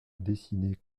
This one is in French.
dessiner